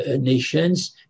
nations